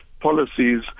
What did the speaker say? policies